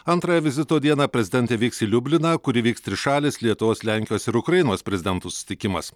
antrąją vizito dieną prezidentė vyks į liubliną kur įvyks trišalis lietuvos lenkijos ir ukrainos prezidentų susitikimas